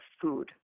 food